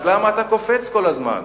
אז למה אתה קופץ כל הזמן?